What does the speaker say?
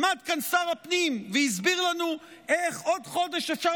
עמד כאן שר הפנים והסביר לנו איך בעוד חודש אפשר